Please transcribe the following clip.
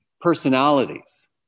personalities